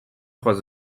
trois